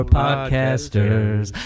podcasters